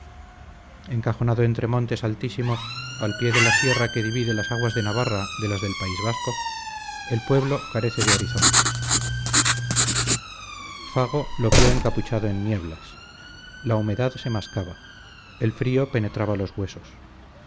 encajonado entre montes altísimos al pie de la sierra que divide las aguas de navarra de las del país vasco el pueblo carece de horizontes fago lo vio encapuchado en nieblas la humedad se mascaba el frío penetraba los huesos